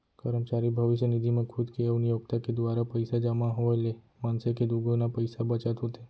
करमचारी भविस्य निधि म खुद के अउ नियोक्ता के दुवारा पइसा जमा होए ले मनसे के दुगुना पइसा बचत होथे